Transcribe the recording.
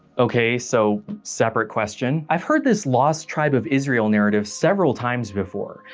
okay, so, separate question. i've heard this lost tribe of israel narrative several times before,